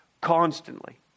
constantly